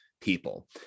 people